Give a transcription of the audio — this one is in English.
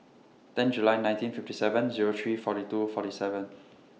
ten July nineteen fifty seven Zero three forty two forty seven